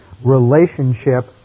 relationship